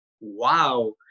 wow